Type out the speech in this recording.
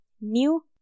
new